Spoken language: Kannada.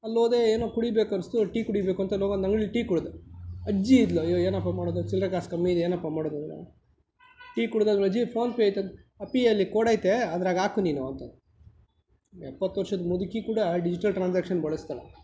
ಅಲ್ಲೋದೆ ಏನೊ ಕುಡಿಬೇಕು ಅನ್ಸಿತ್ತು ಟೀ ಕುಡಿಬೇಕಂತಲೂ ಒಂದು ಅಂಗಡೀಲಿ ಟೀ ಕುಡಿದೆ ಅಜ್ಜಿ ಇದ್ದಳು ಅಯ್ಯೋ ಏನಪ್ಪಾ ಮಾಡೋದು ಚಿಲ್ಲರೆ ಕಾಸು ಕಮ್ಮಿಇದೆ ಏನಪ್ಪಾ ಮಾಡೋದು ಟೀ ಕುಡಿದಾದ್ಮೇಲೆ ಅಜ್ಜಿ ಫೋನ್ ಪೇ ಐತ ಆ ಅಪಿಯಲ್ಲಿ ಕೋಡ್ ಐತೆ ಅದ್ರಾಗ ಹಾಕು ನೀನು ಅಂತಂದ್ರು ಎಪ್ಪತ್ತು ವರ್ಷದ ಮುದುಕಿ ಕೂಡ ಡಿಜಿಟಲ್ ಟ್ರಾನ್ಸಾಕ್ಷನ್ ಬಳಸ್ತಾಳೆ